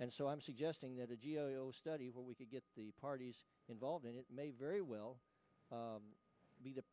and so i'm suggesting that a study where we could get the parties involved and it may very well be th